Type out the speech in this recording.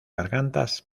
gargantas